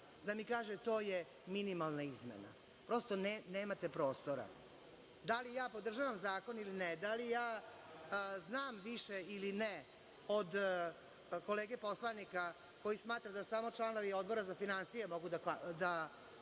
da mi kaže – to je minimalna izmena, prosto, nemate prostora. Da li ja podržavam zakon ili ne, da li ja znam više ili ne od kolege poslanika koji smatra da samo članovi Odbora za finansije mogu da